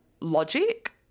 logic